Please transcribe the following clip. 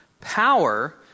Power